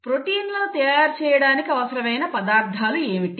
ప్రొటీన్లను తయారు చేయడానికి అవసరమైన పదార్థాలు ఏమిటి